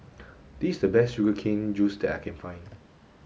this the best sugar cane juice that I can find